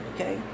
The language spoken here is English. Okay